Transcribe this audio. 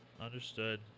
Understood